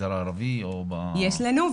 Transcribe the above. במגזר הערבי או ב- -- יש לנו,